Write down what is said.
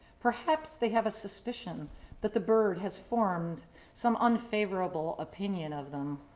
perhaps they have a suspicion that the bird has formed some unfavorable opinion of them.